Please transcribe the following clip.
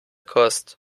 kost